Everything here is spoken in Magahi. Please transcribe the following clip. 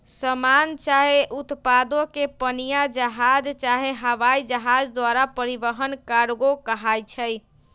समान चाहे उत्पादों के पनीया जहाज चाहे हवाइ जहाज द्वारा परिवहन कार्गो कहाई छइ